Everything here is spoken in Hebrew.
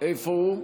איפה הוא?